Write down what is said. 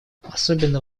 особенно